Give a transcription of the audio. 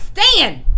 stand